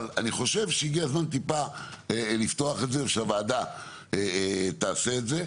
אני חושב שהגיע הזמן לפתוח את זה ושהוועדה תעשה את זה.